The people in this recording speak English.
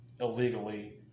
illegally